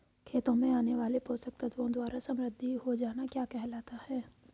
खेतों में आने वाले पोषक तत्वों द्वारा समृद्धि हो जाना क्या कहलाता है?